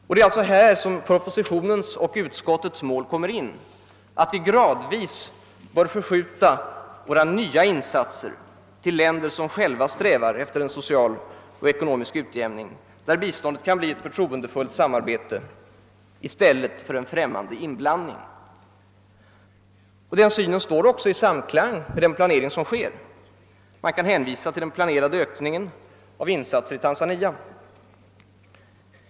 Det är alltså härvidlag som propositionens och utskottets linje kommer in, d.v.s. att vi gradvis bör förskjuta våra nya insatser till länder, vilka själva strävar efter en social och ekonomisk utjämning och i vilka biståndet kan bli ett förtroendefullt samarbete i stället för en främmande inblandning. Denna syn står också i samklang med den planering som äger rum. Man kan hänvisa till den planerade ökningen av insatserna i Tanzania.